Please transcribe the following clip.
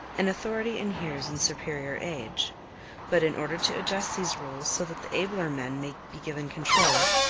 and authority inheres in superior age but in order to adjust these rules so that the abler men may be given control,